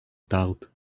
thought